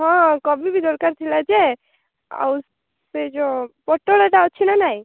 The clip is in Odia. ହଁ କୋବି ବି ଦରକାର ଥିଲା ଯେ ଆଉ ସେ ଯୋଉ ପୋଟଳଟା ଅଛି ନା ନାଇଁ